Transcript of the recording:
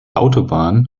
autobahn